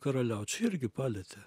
karaliaučių irgi palietė